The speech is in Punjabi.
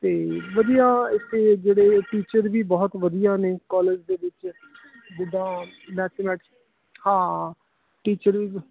ਤਾਂ ਵਧੀਆ ਇੱਥੇ ਜਿਹੜੇ ਟੀਚਰ ਵੀ ਬਹੁਤ ਵਧੀਆ ਨੇ ਕਾਲਜ ਦੇ ਵਿੱਚ ਜਿਦਾਂ ਮੈਥੇਮੈਟਿਕਸ ਹਾਂ ਟੀਚਰ ਵੀ